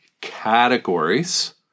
categories